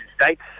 states